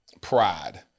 pride